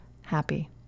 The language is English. happy